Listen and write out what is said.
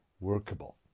workable